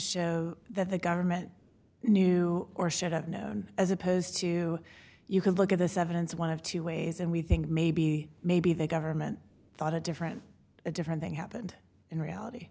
show that the government knew or should have known as opposed to you can look at this evidence one of two ways and we think maybe maybe the government thought a different a different thing happened in reality